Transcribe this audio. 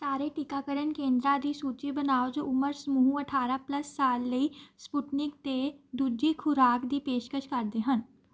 ਸਾਰੇ ਟੀਕਾਕਰਨ ਕੇਂਦਰਾਂ ਦੀ ਸੂਚੀ ਬਣਾਓ ਜੋ ਉਮਰ ਸਮੂਹ ਅਠਾਰਾਂ ਪਲੱਸ ਸਾਲ ਲਈ ਸਪੁਟਨਿਕ 'ਤੇ ਦੂਜੀ ਖੁਰਾਕ ਦੀ ਪੇਸ਼ਕਸ਼ ਕਰਦੇ ਹਨ